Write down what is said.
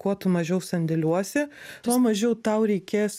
kuo tu mažiau sandėliuosi tuo mažiau tau reikės